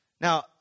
Now